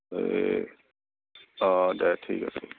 অঁ দে ঠিক আছে